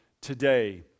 today